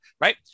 right